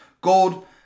gold